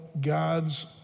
God's